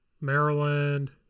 Maryland